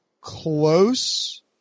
close